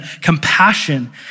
Compassion